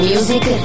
Music